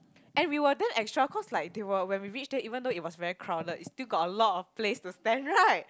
and we were damn extra cause like they were when we reach there even though it was very crowded it still got a lot of place to stand right